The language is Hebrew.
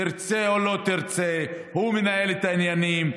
תרצה או לא תרצה, הוא מנהל את העניינים.